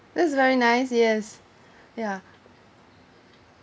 that's very nice yes ya